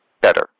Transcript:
better